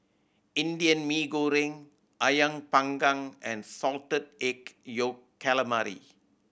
Indian Mee Goreng Ayam Panggang and Salted Egg Yolk Calamari